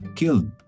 killed